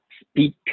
Speak